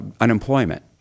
unemployment